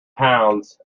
pounds